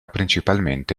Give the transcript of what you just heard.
principalmente